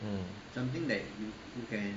mm